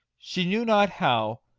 she knew not how,